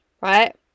right